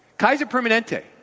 kaiser permanente,